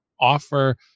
offer